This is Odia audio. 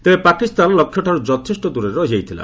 ତେବେ ପାକିସ୍ତାନ ଲକ୍ଷ୍ୟଠାରୁ ଯଥେଷ୍ଟ ଦୂରରେ ରହିଯାଇଥିଲା